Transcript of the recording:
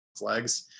legs